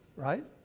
right?